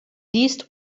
least